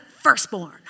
firstborn